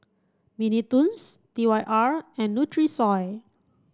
Mini Toons T Y R and Nutrisoy